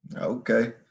Okay